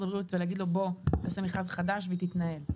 הבריאות ולהגיד לו ללכת למכרז חדש ולהתנהל.